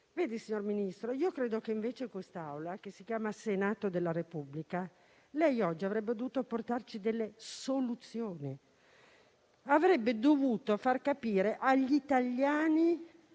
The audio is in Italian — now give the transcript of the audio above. altro. Signor Ministro, credo invece che in quest'Aula, quella del Senato della Repubblica, lei oggi avrebbe dovuto portare delle soluzioni. Avrebbe dovuto far capire agli italiani